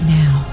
now